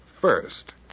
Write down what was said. first